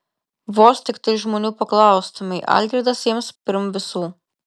vos tiktai žmonių paklaustumei algirdas jiems pirm visų